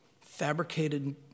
fabricated